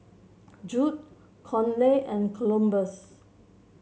Judd Conley and Columbus